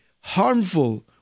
harmful